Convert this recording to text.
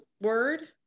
word